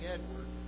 Edward